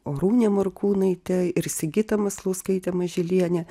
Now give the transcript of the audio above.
orūnė morkūnaitė ir sigita maslauskaitė mažylienė